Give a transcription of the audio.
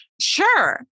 sure